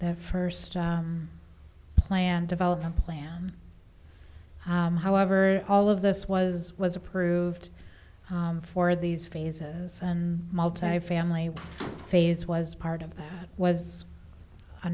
their first plan development plan however all of this was was approved for these phases and multifamily phase was part of that was